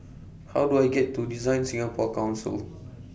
How Do I get to DesignSingapore Council